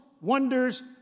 wonders